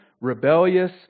rebellious